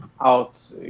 out